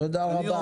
תודה רבה.